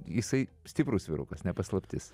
jisai stiprus vyrukas ne paslaptis